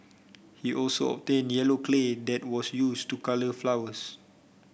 he also obtained yellow clay that was used to colour flowers